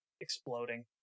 exploding